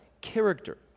character